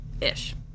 ish